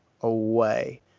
away